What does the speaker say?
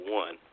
one